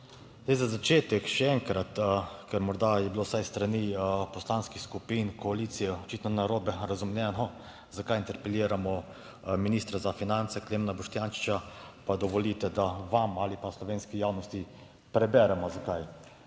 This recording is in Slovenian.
Zdaj, za začetek, še enkrat, ker morda je bilo vsaj s strani poslanskih skupin koalicije očitno narobe razumljeno, zakaj interpeliramo ministra za finance, Klemna Boštjančiča, pa dovolite, da vam ali pa slovenski javnosti preberemo zakaj.